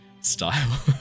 style